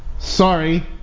Sorry